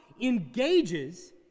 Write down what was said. engages